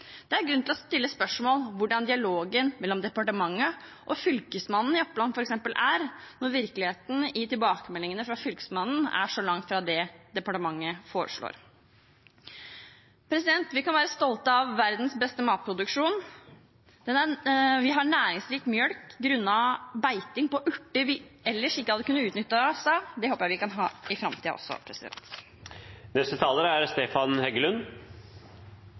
og f.eks. Fylkesmannen i Oppland er når virkeligheten i tilbakemeldingene fra Fylkesmannen er så langt fra det som departementet foreslår. Vi kan være stolte av verdens beste matproduksjon. Vi har næringsrik melk på grunn av beiting på urter som vi ellers ikke hadde kunnet utnytte. Det håper jeg vi kan ha i framtiden også.